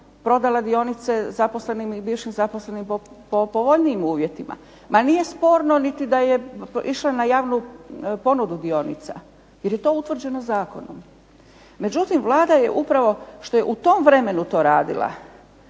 prodala dionice zaposlenim i bivši zaposlenim po povoljnijim uvjetima, ma nije sporno niti da je išla na javnu ponudu dionica, jer je to utvrđeno zakonom. Međutim, Vlada je upravo što je u tom vremenu to radila